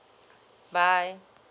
bye